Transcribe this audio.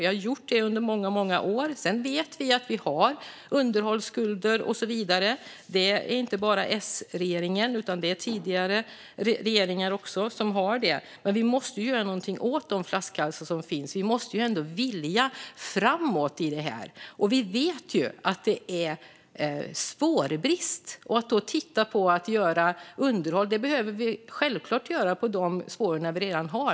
Vi har gjort det under många, många år. Sedan vet vi att vi har underhållsskulder och så vidare; det är inte bara S-regeringen utan också tidigare regeringar som har det. Men vi måste göra någonting åt de flaskhalsar som finns. Vi måste ju ändå vilja framåt i det här. Vi vet att det är spårbrist. Då tänker ni på att göra underhåll, och det måste vi självklart göra på de spår vi redan.